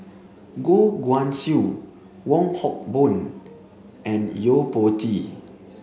Goh Guan Siew Wong Hock Boon and Yo Po Tee